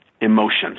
emotions